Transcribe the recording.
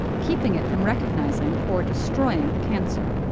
keeping it from recognizing or destroying the cancer.